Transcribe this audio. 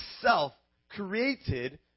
self-created